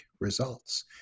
results